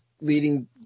leading